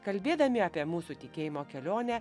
kalbėdami apie mūsų tikėjimo kelionę